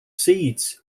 seeds